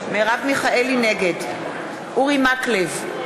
נגד אורי מקלב,